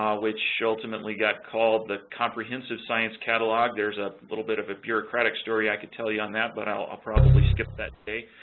which ultimately got called the comprehensive science catalog, there's a little bit of a bureaucratic story i could tell you on that, but i'll probably skip that today.